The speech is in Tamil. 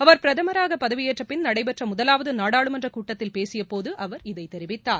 அவர் பிரதமராக பதவியேற்றப் பின் நடைபெற்ற முதலாவது நாடாளுமன்றக் கூட்டத்தில் பேசிய போது இதைத் தெரிவித்தார்